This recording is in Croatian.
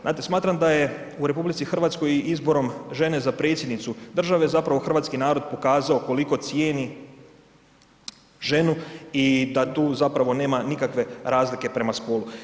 Znate, smatram da je u RH izborom žene za predsjednicu države zapravo hrvatski narod pokazao koliko cijeni ženu i da tu nema nikakve razlike prema spolu.